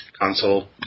console